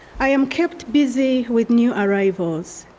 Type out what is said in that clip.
i'm kept busy with new arrivals.